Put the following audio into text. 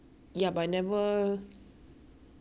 mm should I bleach maybe not